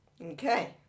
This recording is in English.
Okay